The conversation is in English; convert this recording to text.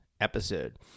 episode